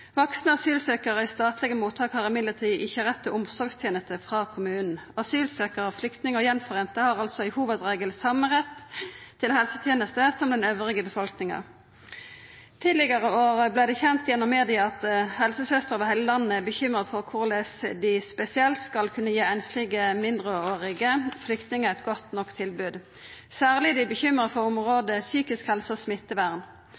Vaksne asylsøkjarar i statlege mottak har likevel ikkje rett til omsorgsteneste frå kommunen. Asylsøkjarar, flyktningar og dei som er førte saman att har altså i hovudregel same rett til helsetenester som resten av befolkninga. Tidlegare i år vart det kjent gjennom media at helsesøstrer over heile landet er bekymra for korleis dei spesielt skal kunna gi einslege mindreårige flyktningar eit godt nok tilbod. Særleg er dei bekymra for